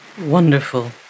Wonderful